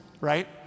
right